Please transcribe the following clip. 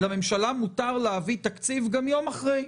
לממשלה מותר להביא תקציב גם יום אחרי.